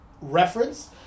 reference